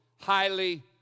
highly